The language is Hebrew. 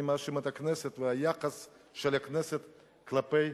אני מאשים את הכנסת והיחס של הכנסת כלפי